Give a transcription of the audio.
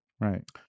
right